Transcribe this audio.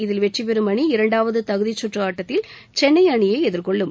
இதில் வெற்றிபெறும் அணி இரண்டாவது தகுதிச்சுற்று ஆட்டத்தில் சென்னை அணியை எதிர்கொள்ளும்